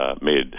made